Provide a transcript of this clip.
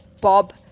Bob